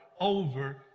over